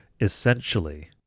essentially